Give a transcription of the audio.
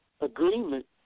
Agreement